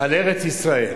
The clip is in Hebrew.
על ארץ-ישראל: